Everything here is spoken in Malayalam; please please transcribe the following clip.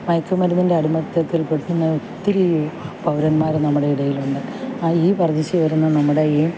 മയക്കുമരുന്നിൻ്റെ അടിമത്വത്തിൽ പെടുന്ന ഒത്തിരി പൗരന്മാർ നമ്മുടെ ഇടയിലുണ്ട് ആ ഈ വർദ്ധിച്ചു വരുന്ന നമ്മുടെ ഈ